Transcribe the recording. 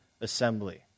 assembly